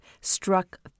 struck